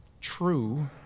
true